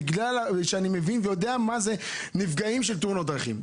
בגלל שאני מבין ויודע מה זה נפגעים בתאונות דרכים.